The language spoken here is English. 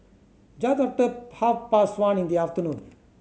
just after half past one in the afternoon